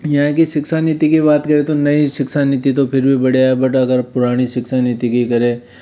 यहाँ की शिक्षा नीति की बात करें तो नई शिक्षा नीति तो फिर भी बढ़िया है बट अगर पुरानी शिक्षा नीति की करें